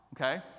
Okay